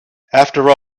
after